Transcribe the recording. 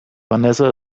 vanessa